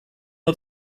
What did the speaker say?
nur